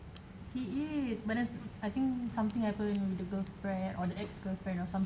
he is but then I think something happen with the girlfriend or the ex girlfriend or some